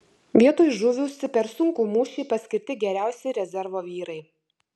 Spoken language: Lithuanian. vietoj žuvusių per sunkų mūšį paskirti geriausi rezervo vyrai